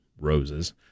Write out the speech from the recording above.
roses